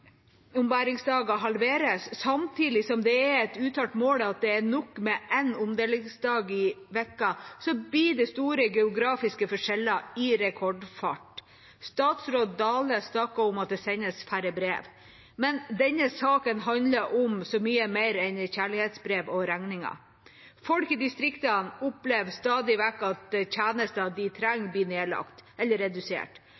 ombæringsdager halveres samtidig som det er et uttalt mål at det er nok med én omdelingsdag i uka, blir det store geografiske forskjeller i rekordfart. Statsråd Dale snakker om at det sendes færre brev, men denne saken handler om så mye mer enn kjærlighetsbrev og regninger. Folk i distriktene opplever stadig vekk at tjenester de